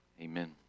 amen